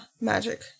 magic